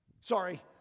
sorry